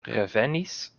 revenis